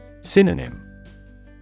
Synonym